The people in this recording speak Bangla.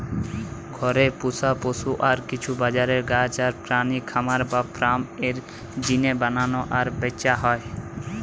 ঘরে পুশা পশু আর কিছু বাজারের গাছ আর প্রাণী খামার বা ফার্ম এর জিনে বানানা আর ব্যাচা হয়